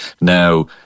now